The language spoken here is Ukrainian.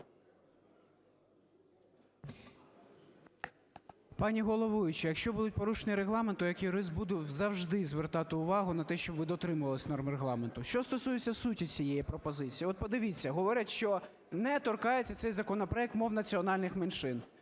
Пані головуюча, якщо будуть порушення Регламенту, то я як юрист буду завжди звертати увагу на те, щоб ви дотримувались норм Регламенту. Що стосується суті цієї пропозиції. От подивіться, говорять, що не торкається цей законопроект мов національних меншин.